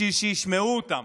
בשביל שישמעו אותם,